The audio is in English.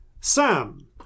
Sam